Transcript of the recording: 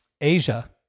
Asia